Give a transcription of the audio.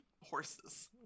horses